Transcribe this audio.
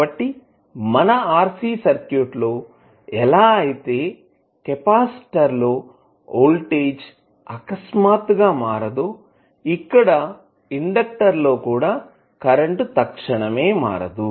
కాబట్టి మన RC సర్క్యూట్లో ఎలా అయితే కెపాసిటర్ లో వోల్టేజ్ అకస్మాత్తుగా మారదో ఇక్కడ ఇండెక్టర్ లోకూడా కరెంటు తక్షణమే మారదు